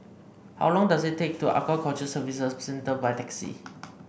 how long does it take to Aquaculture Services Centre by taxi